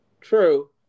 True